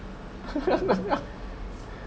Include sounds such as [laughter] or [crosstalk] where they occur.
[laughs]